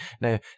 now